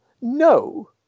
No